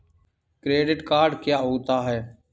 Credit card क्या होता है?